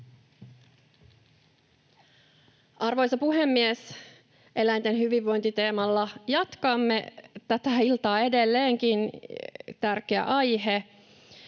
Arvoisa puhemies! Eläinten hyvinvoinnin teemalla jatkamme tätä iltaa edelleenkin. Tärkeä aihe.